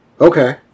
Okay